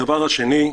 הדבר השני,